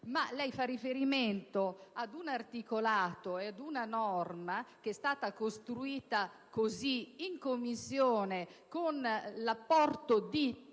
Lei fa riferimento ad un articolato e ad una norma che è stata costruita così in Commissione con l'apporto di